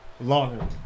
Longer